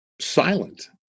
silent